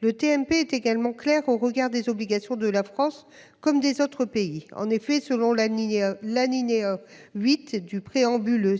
Le TNP est également clair au regard des obligations de la France comme des autres pays. En effet, selon l'alinéa 8 du préambule,